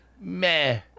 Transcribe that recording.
meh